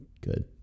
Good